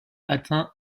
atteint